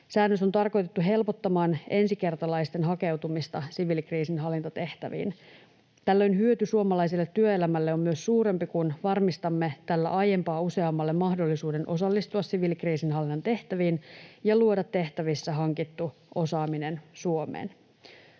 Säännös on tarkoitettu helpottamaan ensikertalaisten hakeutumista siviilikriisinhallintatehtäviin. Tällöin myös hyöty suomalaiselle työelämälle on suurempi, kun varmistamme tällä aiempaa useammalle mahdollisuuden osallistua siviilikriisinhallinnan tehtäviin ja tuoda tehtävissä hankittu osaaminen Suomeen.